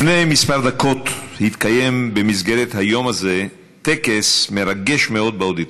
לפני כמה דקות התקיים במסגרת היום הזה טקס מרגש מאוד באודיטוריום.